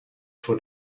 vor